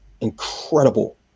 incredible